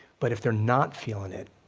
but if they're not feeling it,